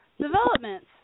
developments